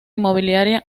inmobiliaria